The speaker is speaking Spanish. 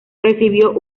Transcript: recibió